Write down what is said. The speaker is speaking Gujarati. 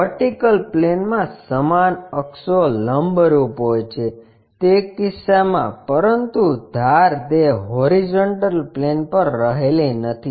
વર્ટિકલ પ્લેનમાં સમાન અક્ષો લંબરૂપ હોય છે તે કીસ્સામાં પરંતુ ધાર તે હોરીઝોન્ટલ પ્લેન પર રહેલી નથી